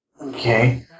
Okay